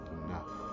enough